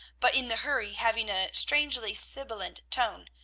but in the hurry having a strangely sibilant tone,